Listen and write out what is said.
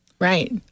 Right